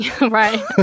right